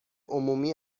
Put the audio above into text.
عمومی